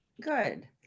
good